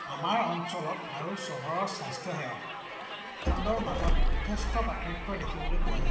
আমাৰ অঞ্চলত আৰু চহৰৰ স্বাস্থ্যসেৱা খণ্ডৰ মাজত যথেষ্ট পাৰ্থক্য দেখিবলৈ পোৱা যায়